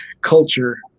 culture